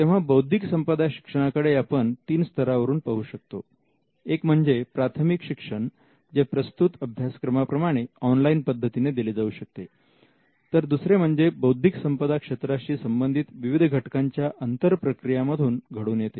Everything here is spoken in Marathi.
तेव्हा बौद्धिक संपदा शिक्षणाकडे आपण तीन स्तरावरून पाहू शकतो एक म्हणजे प्राथमिक शिक्षण जे प्रस्तुत अभ्यासक्रमाप्रमाणे ऑनलाईन पद्धतीने दिले जाऊ शकते तर दुसरे म्हणजे बौद्धिक संपदा क्षेत्राशी संबंधित विविध घटकांच्या अंतरप्रक्रियांमधून घडून येते